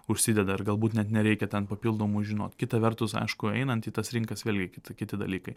užsideda ir galbūt net nereikia ten papildomų žinot kita vertus aišku einant į tas rinkas vėlgi kit kiti dalykai